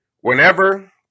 Whenever